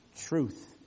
truth